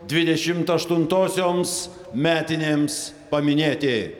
dvidešimt aštuntosioms metinėms paminėti